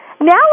Now